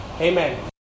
Amen